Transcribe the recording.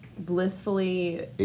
blissfully